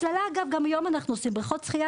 ובהצללה גם היום אנחנו עושים בריכות שחייה,